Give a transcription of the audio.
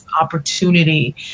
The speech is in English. opportunity